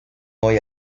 hoy